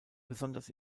besonders